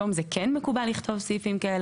היום זה כן מקובל לכתוב סעיפים האלה.